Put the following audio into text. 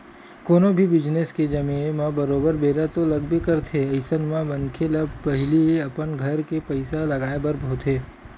कोनो भी बिजनेस के जमें म बरोबर बेरा तो लगबे करथे अइसन म मनखे ल पहिली अपन घर के पइसा लगाय बर होथे